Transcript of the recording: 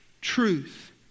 truth